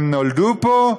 הם נולדו פה?